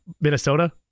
Minnesota